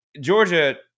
Georgia